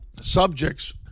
subjects